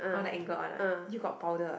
oh the angle one right you got powder ah